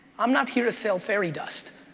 i'm not here to sell fairy dust.